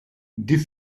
die